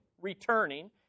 Returning